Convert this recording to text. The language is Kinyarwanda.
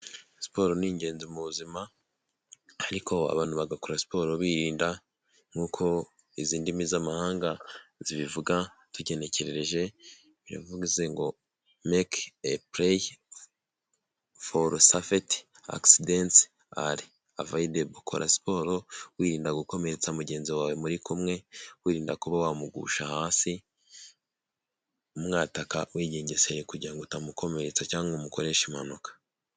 Siporo ni ingenzi mu buzima ariko abantu bagakora siporo birinda nkuko izi ndimi z'amahanga zibivuga tugenekereje biravuze ngo mayike epureyi foru safeti are avayidebo, ukora siporo wirinda gukomeretsa mugenzi wawe muri kumwe, wirinda kuba wamugusha hasi umwataka wigengeseye kugira utamukomeretsa cyangwa umukoresha impanuka.